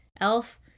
Elf